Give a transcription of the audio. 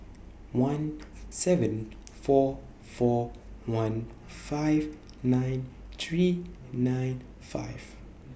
one seven four four one five nine three nine five